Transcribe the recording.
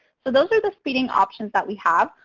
so those are the speeding options that we have.